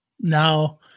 Now